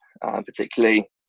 particularly